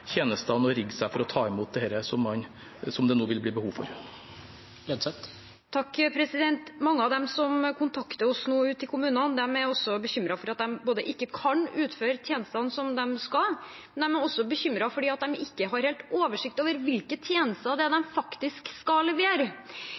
tjenestene og rigge seg for å ta imot dette som det nå vil bli behov for. Mange av dem som kontakter oss nå ute i kommunene, er bekymret både for at de ikke kan utføre tjenestene som de skal, og for at de ikke har helt oversikt over hvilke tjenester de faktisk skal levere. Det